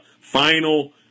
final